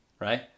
Right